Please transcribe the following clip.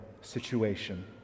situation